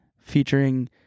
featuring